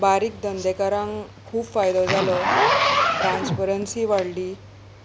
बारीक धंदेकारांक खूब फायदो जालो ट्रांसपेरंसी वाडली